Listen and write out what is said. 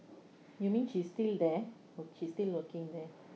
you mean she's still there wor~ she's still working there